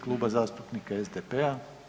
Kluba zastupnika SDP-a.